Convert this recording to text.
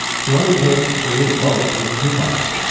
to undertake to create both was too much.